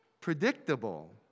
predictable